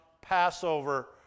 Passover